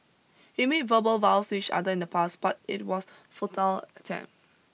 he made verbal vows to each other in the past but it was futile attempt